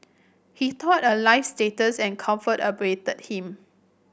he thought a life status and comfort awaited him